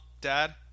dad